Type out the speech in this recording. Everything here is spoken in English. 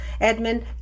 Edmund